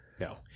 No